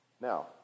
Now